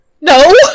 No